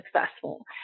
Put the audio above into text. successful